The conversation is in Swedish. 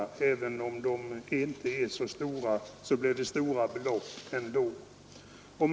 Även om de inte är så stora, blir det sammanlagt stora belopp.